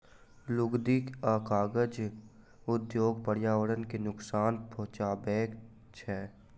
लुगदी आ कागज उद्योग पर्यावरण के नोकसान पहुँचाबैत छै